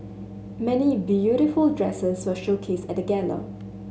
many beautiful dresses were showcased at gala